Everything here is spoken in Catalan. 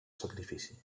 sacrifici